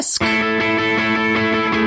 risk